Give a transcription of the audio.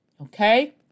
Okay